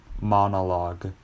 monologue